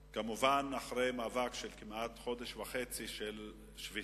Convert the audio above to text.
כמובן, לאחר מאבק של כמעט חודש וחצי של שביתות